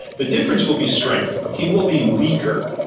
the difference will be strength. he will be weaker.